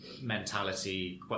mentality